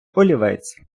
олівець